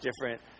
different